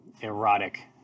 erotic